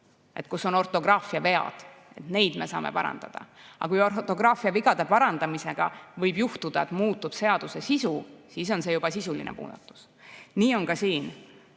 kus on ortograafiavead. Neid me saame parandada. Aga kui ortograafiavigade parandamisel võib juhtuda, et muutub seaduse sisu, siis on see juba sisuline muudatus. Nii on ka siin.